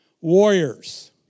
warriors